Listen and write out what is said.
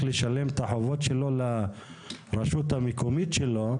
לשלם את החובות שלו לרשות המקומית שלו.